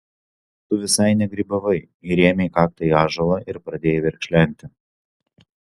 tu visai negrybavai įrėmei kaktą į ąžuolą ir pradėjai verkšlenti